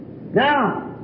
now